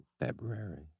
February